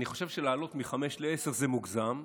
אני חושב שלהעלות מחמישה לעשרה זה מוגזם,